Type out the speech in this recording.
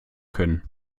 können